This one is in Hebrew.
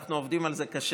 ואנחנו עובדים על זה קשה.